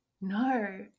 No